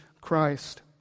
Christ